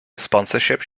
sponsorship